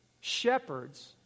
shepherds